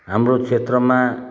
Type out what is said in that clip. हाम्रो क्षेत्रमा